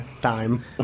Time